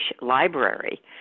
library